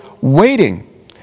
waiting